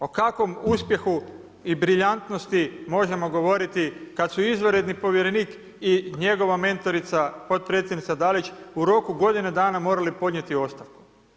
O kakvom uspjehu i briljantnosti možemo govoriti kad su izvanredni povjerenik i njegova mentorica, potpredsjednica Dalić u roku godine dana morali podnijeti ostavku?